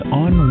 on